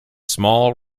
small